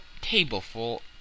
tableful